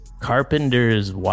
carpenters